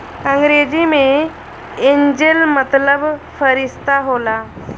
अंग्रेजी मे एंजेल मतलब फ़रिश्ता होला